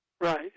Right